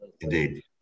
Indeed